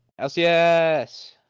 LCS